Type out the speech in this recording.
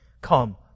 come